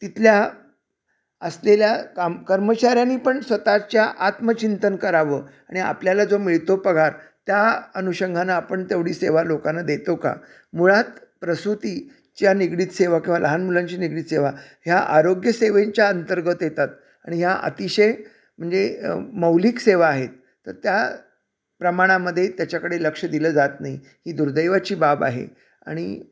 तिथल्या असलेल्या काम कर्मचऱ्यांनी पण स्वतःच्या आत्मचिंतन करावं आणि आपल्याला जो मिळतो पगार त्या अनुषंगानं आपण तेवढी सेवा लोकांना देतो का मुळात प्रसूतीच्या निगडीत सेवा किंवा लहान मुलांशी निगडीत सेवा ह्या आरोग्यसेवेंच्या अंतर्गत येतात आणि ह्या अतिशय म्हणजे मौलिक सेवा आहेत तर त्या प्रमाणामध्ये त्याच्याकडे लक्ष दिलं जात नाही ही दुर्दैवाची बाब आहे आणि